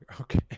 okay